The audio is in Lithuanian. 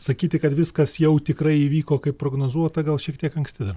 sakyti kad viskas jau tikrai įvyko kaip prognozuota gal šiek tiek anksti dar